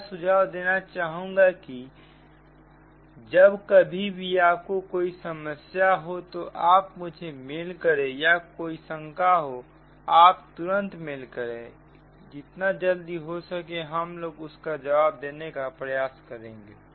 नया सुझाव देना चाहूंगा कि जब कभी भी आपको कोई समस्या हो तो आप मुझे मेल करें या कोई शंका हो आप तुरंत मेल करें जितना जल्दी हो सके हम लोग आपको जवाब देने का प्रयास करेंगे